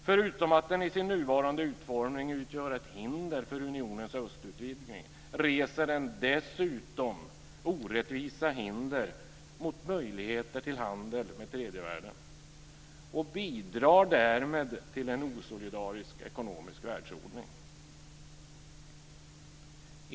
Förutom att den med sin nuvarande utformning utgör ett hinder för unionens östutvidgning, reser den dessutom orättvisa hinder mot möjligheter till handel med tredje världen och bidrar därmed till en osolidarisk ekonomisk världsordning.